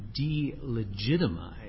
delegitimize